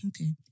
Okay